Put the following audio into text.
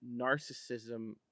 narcissism